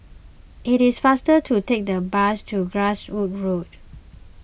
it is faster to take the bus to Glasgow Road